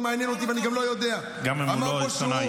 לא מעניין אותי ואני גם לא יודע -- גם אם הוא לא עיתונאי.